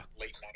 late